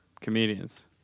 comedians